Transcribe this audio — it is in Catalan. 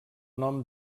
nom